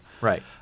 Right